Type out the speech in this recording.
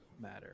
matter